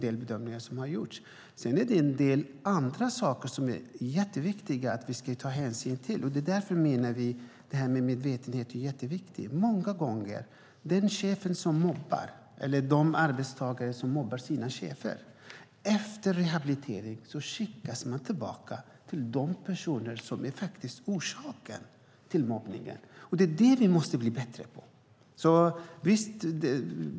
Sedan är det en del andra saker som är jätteviktiga att ta hänsyn till. Därför menar vi att detta med medvetenhet är jätteviktigt. De chefer som mobbar eller de arbetstagare som mobbar sina chefer skickas efter rehabilitering tillbaka till de personer som är orsaken till mobbningen. Det är det vi måste bli bättre på att motverka.